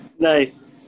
Nice